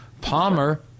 Palmer